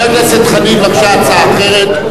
חבר הכנסת חנין, בבקשה, הצעה אחרת.